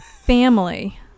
family